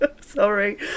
Sorry